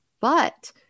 but-